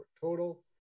total